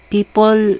People